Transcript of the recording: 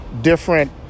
different